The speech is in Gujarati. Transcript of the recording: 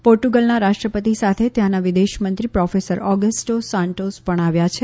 પોર્ટુગલના રાષ્ટ્રપતિ સાથે ત્યાંના વિદેશમંત્ર પ્રોફેસર ઓગસ્ટો સાન્ટોઝ પણ આવ્યા છે